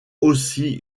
aussi